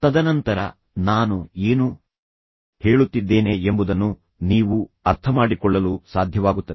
ತದನಂತರ ನಾನು ಏನು ಹೇಳುತ್ತಿದ್ದೇನೆ ಎಂಬುದನ್ನು ನೀವು ಅರ್ಥಮಾಡಿಕೊಳ್ಳಲು ಸಾಧ್ಯವಾಗುತ್ತದೆ